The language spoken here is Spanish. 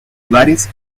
bares